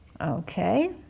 Okay